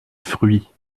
fruits